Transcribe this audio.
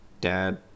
dad